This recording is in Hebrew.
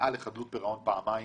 שנקלעה לחדלות פירעון פעמיים